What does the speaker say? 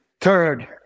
Third